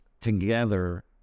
together